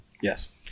Yes